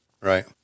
Right